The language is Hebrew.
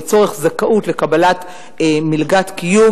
לצורך זכאות לקבלת מלגת קיום,